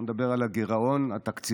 בואו נדבר על הגירעון התקציבי.